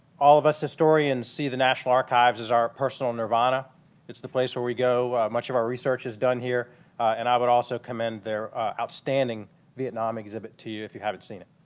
all of us historians see the national archives is our personal nirvana it's the place where we go much of our research as done here and i would also commend their outstanding vietnam exhibit to you if you haven't seen it